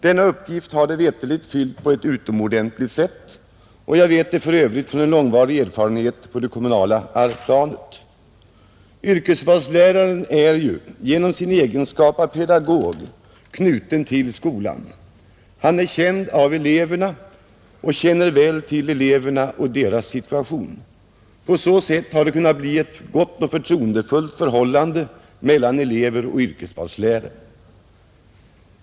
Denna uppgift har de veterligen fyllt på ett utomordentligt sätt — det vet jag för övrigt av långvarig erfarenhet från arbete på det kommunala planet. Yrkesvalsläraren är i egenskap av pedagog knuten till skolan, Han är känd av eleverna och känner väl till eleverna och deras situation, På så sätt har det kunnat bli ett gott och förtroendefullt förhållande mellan elever och yrkesvalslärare.